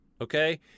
Okay